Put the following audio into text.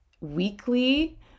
weekly